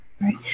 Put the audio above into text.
Right